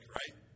right